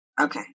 Okay